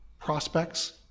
prospects